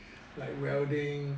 like welding